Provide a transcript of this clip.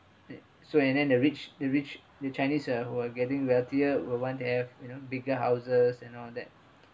so and then the rich the rich the chinese are were getting wealthier will want to have you know bigger houses and all that